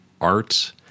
art